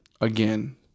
again